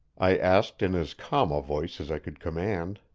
i asked in as calm a voice as i could command.